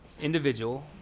individual